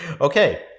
Okay